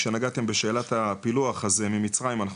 כשנגעתם בשאלת הפילוח - אז ממצרים אנחנו